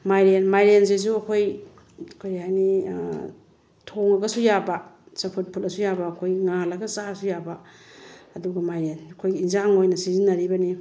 ꯃꯥꯏꯔꯦꯟ ꯃꯥꯏꯔꯦꯟꯁꯤꯁꯨ ꯑꯩꯈꯣꯏ ꯀꯔꯤ ꯍꯥꯏꯅꯤ ꯊꯣꯡꯉꯒꯁꯨ ꯌꯥꯕ ꯆꯝꯐꯨꯠ ꯐꯨꯠꯂꯁꯨ ꯌꯥꯕ ꯑꯩꯈꯣꯏ ꯉꯥꯜꯂꯒ ꯆꯥꯔꯁꯨ ꯌꯥꯕ ꯑꯗꯨꯒ ꯃꯥꯏꯔꯦꯟ ꯑꯩꯈꯣꯏꯒꯤ ꯑꯦꯟꯁꯥꯡ ꯑꯣꯏꯅ ꯁꯤꯖꯤꯟꯅꯔꯤꯕꯅꯤ